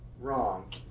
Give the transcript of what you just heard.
wrong